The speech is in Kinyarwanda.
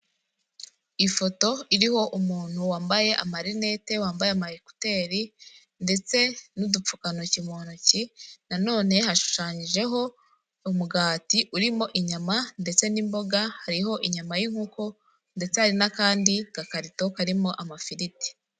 Ifoto iriho umuntu wambaye amarinete, wambaye ama ekuteri ndetse n'udupfukantoki mu ntoki, na none hashushanyijeho umugati urimo inyama ndetse n'imboga, hariho inyama y'inkoko, ndetse hari n'akandi gakarito karimo amafiriti.